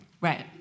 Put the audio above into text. Right